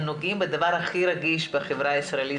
נוגעים בדבר הכי רגיש בחברה הישראלית,